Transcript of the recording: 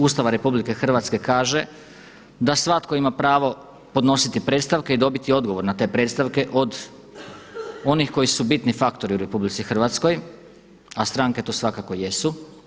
Ustava RH kaže da svatko ima pravo podnositi predstavke i dobiti odgovor na te predstavke od onih koji su bitni faktori u RH a stranke to svakako jesu.